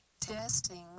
testing